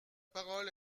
parole